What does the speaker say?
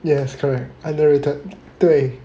yes correct underrated 对